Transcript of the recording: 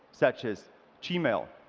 such as gmail,